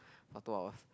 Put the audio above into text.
for two hours